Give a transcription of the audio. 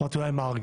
אמרתי אולי מרגי?